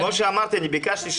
אני יכול להגיד את דעתי, אמרתי את זה